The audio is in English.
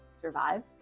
survive